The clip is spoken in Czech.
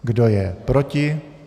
Kdo je proti?